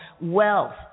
wealth